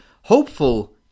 hopeful